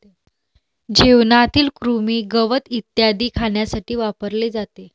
जेवणातील कृमी, गवत इत्यादी खाण्यासाठी वापरले जाते